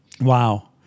Wow